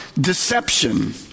deception